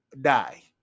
die